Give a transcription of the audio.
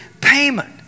payment